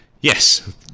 yes